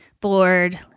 bored